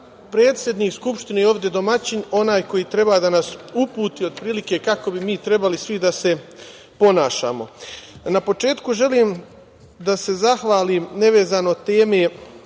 Predsednik Skupštine je ovde domaćin, onaj koji treba da nas uputi otprilike kako bi mi trebali svi da se ponašamo. Na početku, želim da se zahvalim, nevezano od